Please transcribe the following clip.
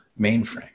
mainframe